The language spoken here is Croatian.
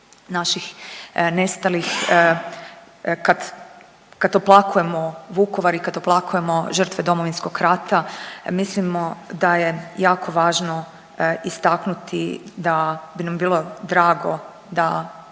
naših nestalih, kad oplakujemo Vukovar i kad oplakujemo žrtve Domovinskog rata. Mislimo da je jako važno istaknuti da bi nam bilo drago da